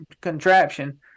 contraption